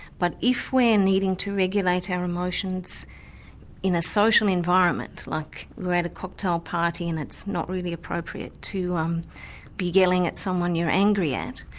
but if we're needing to regulate our emotions in a social environment, like we're at a cocktail party and it's not really appropriate to um be yelling at someone you're angry at,